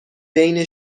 بین